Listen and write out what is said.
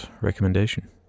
recommendation